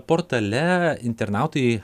portale internautai